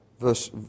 Verse